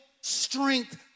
strength